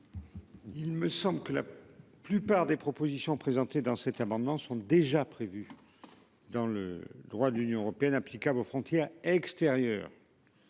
Il me semble que la plupart des propositions présentées dans cet amendement sont déjà prévues. Dans le droit de l'Union européenne applicable aux frontières extérieures.